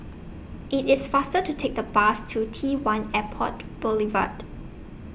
IT IS faster to Take The Bus to T one Airport Boulevard